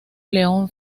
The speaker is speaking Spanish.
león